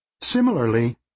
Similarly